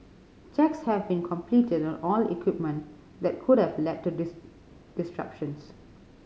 checks have been completed all equipment that could have led to the disruptions